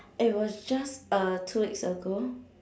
it was just uh two weeks ago